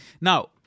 Now